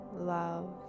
love